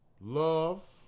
Love